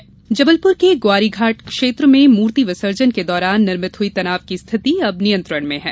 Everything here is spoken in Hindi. मूर्ति विसर्जन जबलपुर के ग्वारिघाट क्षेत्र में मूर्ति विसर्जन के दौरान निर्मित हुई तनाव की स्थिती अब नियंत्रण में है